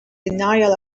denial